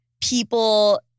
people